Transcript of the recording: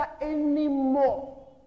anymore